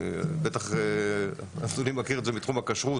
אדוני בטח מכיר את זה מתחום הכשרות,